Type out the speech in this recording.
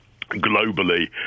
globally